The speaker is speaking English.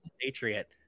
Patriot